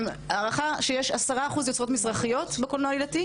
ההנחה שיש עשרה אחוז יוצרות מזרחיות בקולנוע העלילתי.